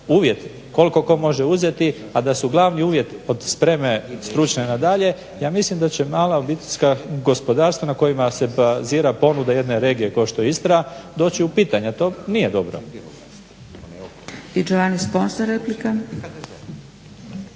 uvjet koliko tko može uzeti a da su glavni uvjeti od spreme stručne na dalje ja mislim da će mala obiteljska gospodarstva na kojima se bazira ponuda jedne regije kao što je Istra doći u pitanje. To nije dobro.